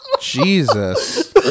Jesus